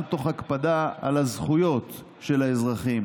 גם תוך הקפדה על הזכויות של האזרחים